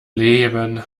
leben